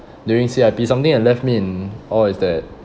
during C_I_P something that left me in awe is that